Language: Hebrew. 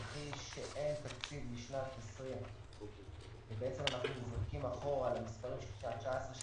שאין תקציב לשנת 2020 ובעצם אנחנו נזרקים אחורה למספרים של שנת 2019,